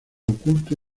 oculto